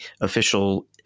official